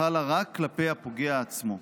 חלה רק כלפי הפוגע עצמו.